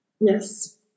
yes